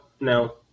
no